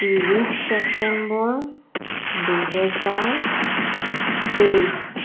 ত্ৰিছ চেপ্তেম্বৰ দুহেজাৰ তেইছ